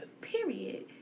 period